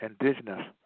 Indigenous